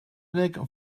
unig